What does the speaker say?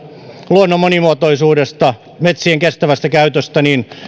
luonnon monimuotoisuudesta metsien kestävästä käytöstä